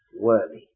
worthy